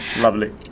Lovely